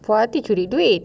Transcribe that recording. for adik curi duit